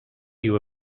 you